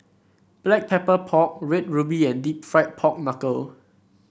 Black Pepper Pork Red Ruby and deep fried Pork Knuckle